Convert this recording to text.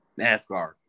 NASCAR